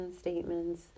statements